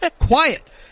quiet